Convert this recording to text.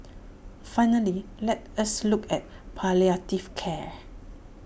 finally let us look at palliative care